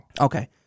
Okay